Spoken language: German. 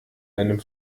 einem